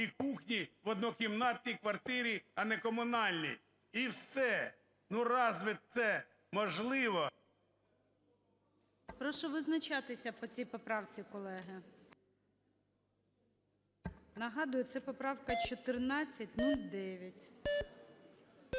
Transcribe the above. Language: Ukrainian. і кухні в однокімнатній квартирі, а не комунальній. І все. Ну, разве це можливо? ГОЛОВУЮЧИЙ. Прошу визначатися по цій поправці, колеги. Нагадую, це поправка 1409.